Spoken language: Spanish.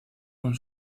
con